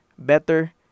better